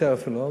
יותר אפילו,